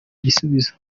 igisubizo